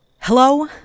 Hello